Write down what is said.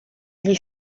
gli